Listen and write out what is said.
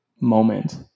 moment